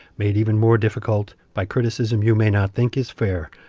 made even more difficult by criticism you may not think is fair.